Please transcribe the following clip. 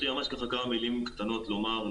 יש לי ממש ככה כמה מילים קטנות לומר,